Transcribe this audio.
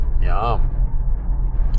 Yum